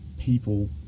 people